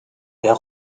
wer